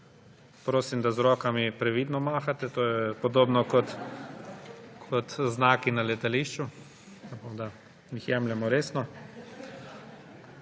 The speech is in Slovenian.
Prosim, da z rokami previdno mahate, to je podobno kot z znaki na letališču, tako da jih jemljimo resno.